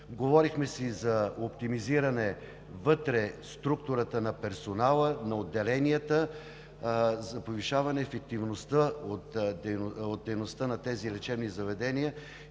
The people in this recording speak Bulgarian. Говорихме си за оптимизиране вътре в структурата на персонала, на отделенията, за повишаване ефективността от дейността на тези лечебни заведения